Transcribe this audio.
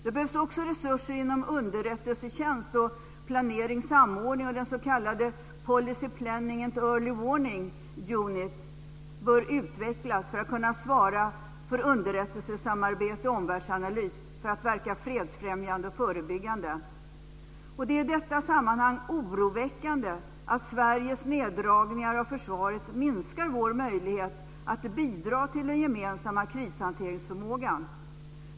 Det behövs också resurser inom underrättelsetjänst och planering/samordning, och den s.k. Policy Planning and Early Warning Unit bör utvecklas för att kunna svara för underrättelsesamarbete och omvärldsanalys, för att verka fredsfrämjande och förebyggande. Det är i detta sammanhang oroväckande att Sveriges neddragningar av försvaret minskar vår möjlighet att bidra till den gemensamma krishanteringsförmågan.